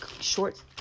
short